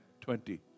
twenty